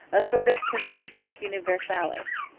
a sort of consensus universalis.